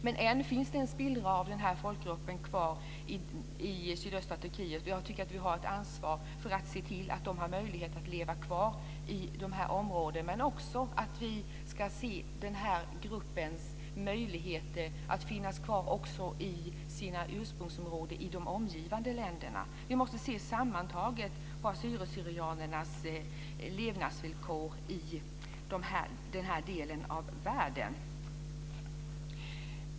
Men än finns det en spillra av denna folkgrupp kvar i sydöstra Turkiet. Jag tycker att vi har ett ansvar för att se till att den har möjlighet att leva kvar i dessa områden. Vi ska också se till den här gruppens möjligheter att finnas kvar i sina ursprungsområden i de omgivande länderna. Vi måste se sammantaget på assyrier/syrianernas levnadsvillkor i den här delen av världen.